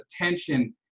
attention